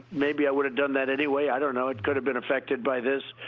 maybe i would have done that anyway, i don't know. it could have been affected by this.